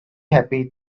happy